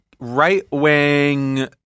Right-wing